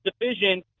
division